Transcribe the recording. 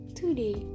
today